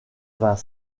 vingt